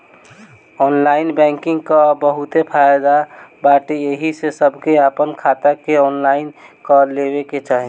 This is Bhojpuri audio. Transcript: ऑनलाइन बैंकिंग कअ बहुते फायदा बाटे एही से सबके आपन खाता के ऑनलाइन कअ लेवे के चाही